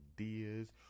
ideas